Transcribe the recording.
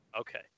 Okay